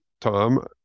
Tom